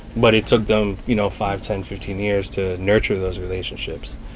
but it took them, you know, five, ten, fifteen years to nurture those relationships,